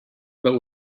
but